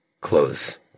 close